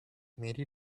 mary